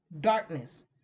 darkness